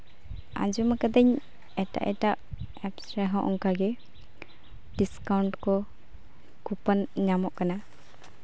ᱟᱸᱡᱚᱢ ᱠᱟᱹᱫᱟᱹᱧ ᱮᱴᱟᱜ ᱮᱴᱟᱜ ᱮᱯᱥ ᱨᱮᱦᱚᱸ ᱚᱱᱠᱟᱜᱮ ᱰᱤᱥᱠᱟᱣᱩᱱᱴ ᱠᱚ ᱠᱩᱯᱚᱱ ᱧᱟᱢᱚᱜ ᱠᱟᱱᱟ